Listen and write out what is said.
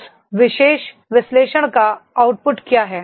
उस विशेष विश्लेषण का आउटपुट क्या है